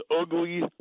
ugly